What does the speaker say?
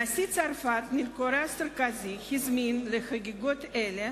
נשיא צרפת ניקולא סרקוזי הזמין לחגיגות אלה